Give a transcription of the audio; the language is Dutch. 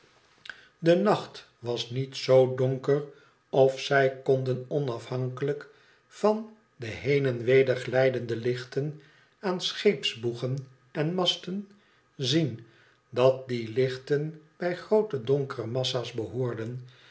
de nacht was niet zoo donker of zij konden onafhankelijk van de heen en weder glijdende lichten aan scheepsboegen en masten zien dat die lichten bij groote donkere massa's behoorden